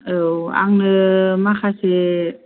औ आंनो माखासे